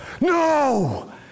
no